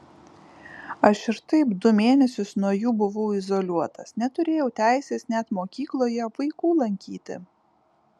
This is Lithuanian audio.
aš ir taip du mėnesius nuo jų buvau izoliuotas neturėjau teisės net mokykloje vaikų lankyti